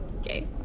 Okay